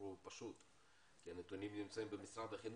הוא פשוט כי הנתונים נמצאים במשרד החינוך,